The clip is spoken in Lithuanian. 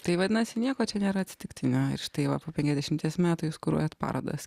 tai vadinasi nieko čia nėra atsitiktinio ir štai va po penkiasdešimties metų jūs kuruojat parodas